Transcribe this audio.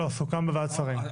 לא, סוכם בוועדת שרים.